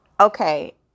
Okay